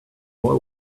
boy